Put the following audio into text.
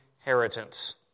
inheritance